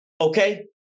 okay